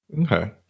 Okay